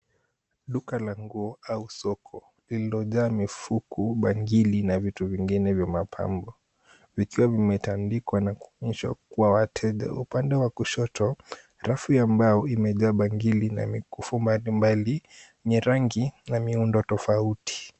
Duka la nguo au soko lililojaa mikufu, bangili na vitu vingine vya mapambo vikiwa vimetandikwa na kuonyeshwa kwa wateja. Upande wa kushoto rafu ya mbao imejaa bangili na mikufu mbalimbali yenye rangi na miundo tofauti.